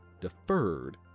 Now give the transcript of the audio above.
deferred